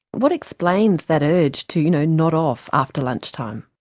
what explains that urge to you know nod off after lunchtime?